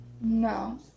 No